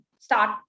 start